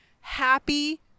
happy